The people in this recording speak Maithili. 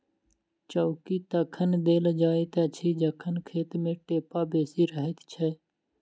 चौकी तखन देल जाइत अछि जखन खेत मे ढेपा बेसी रहैत छै